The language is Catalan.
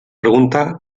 preguntar